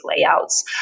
layouts